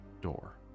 door